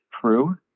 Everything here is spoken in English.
true